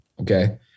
Okay